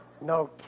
no